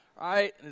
right